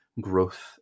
growth